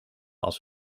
als